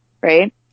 right